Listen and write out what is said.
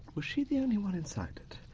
was she the only one inside it,